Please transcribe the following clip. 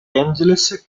angeles